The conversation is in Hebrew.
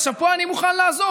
עכשיו, פה אני מוכן לעזור.